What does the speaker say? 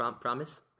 Promise